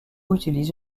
utilise